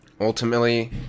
Ultimately